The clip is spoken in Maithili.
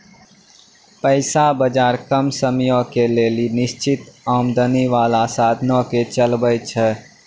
पैसा बजार कम समयो के लेली निश्चित आमदनी बाला साधनो के चलाबै छै